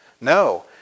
No